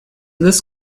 this